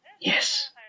Yes